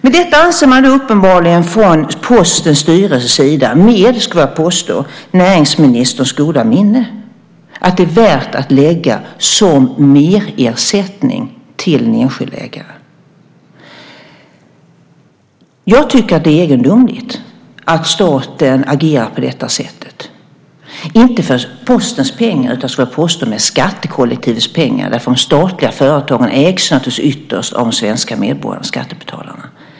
Men detta anser man uppenbarligen från Postens styrelses sida - med näringsministerns goda minne, skulle jag vilja påstå - att det är värt att lägga som merersättning till en enskild ägare. Jag tycker att det är egendomligt att staten agerar på detta sätt, inte för Postens pengar utan för skattekollektivets pengar, därför att de statliga företagen ägs ju ytterst av de svenska medborgarna, skattebetalarna.